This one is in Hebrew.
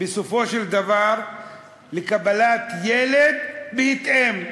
בסופו של דבר לקבלת ילד בהתאם.